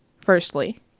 firstly